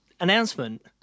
announcement